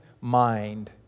mind